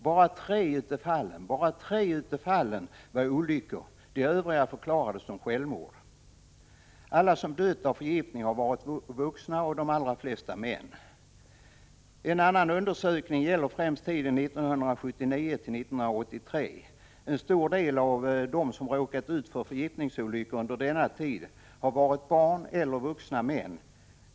Bara tre av fallen var olyckor. De övriga förklarades som självmord. Alla som dött av förgiftning har varit vuxna och de allra flesta män. Undersökningen gäller främst tiden 1979-1983. En stor del av de som råkat ut för förgiftningsolyckor under denna tid har varit barn eller vuxna män.